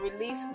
release